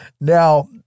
Now